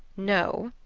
no,